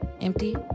empty